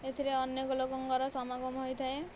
ଏଥିରେ ଅନେକ ଲୋକଙ୍କର ସମାଗମ ହୋଇଥାଏ